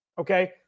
Okay